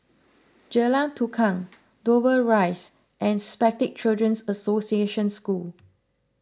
Jalan Tukang Dover Rise and Spastic Children's Association School